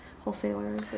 wholesalers